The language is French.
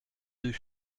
deux